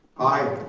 aye.